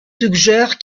suggèrent